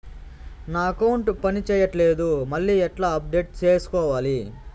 నా అకౌంట్ పని చేయట్లేదు మళ్ళీ ఎట్లా అప్డేట్ సేసుకోవాలి?